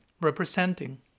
representing